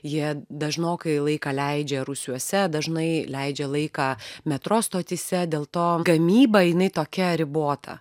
jie dažnokai laiką leidžia rūsiuose dažnai leidžia laiką metro stotyse dėl to gamyba jinai tokia ribota